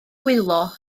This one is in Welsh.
wylo